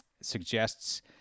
suggests